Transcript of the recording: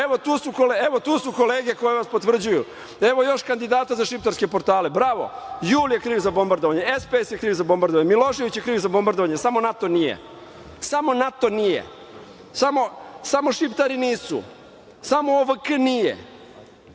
Evo, tu su kolege koje potvrđuju. Evo, još kandidata za šiptarske portale. Bravo, JUL je kriv za bombardovanje, SPS je kriv za bombardovanje, Milošević je kriv za bombardovanje, samo NATO nije. Samo šiptari nisu, samo OVK nije,